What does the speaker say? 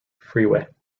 freeway